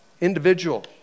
individual